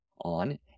on